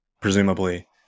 presumably